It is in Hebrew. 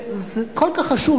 זה כל כך חשוב.